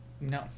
No